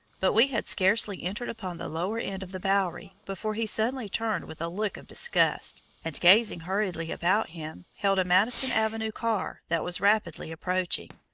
but we had scarcely entered upon the lower end of the bowery, before he suddenly turned with a look of disgust, and gazing hurriedly about him, hailed a madison avenue car that was rapidly approaching.